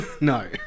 No